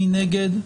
מי נגד?